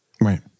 Right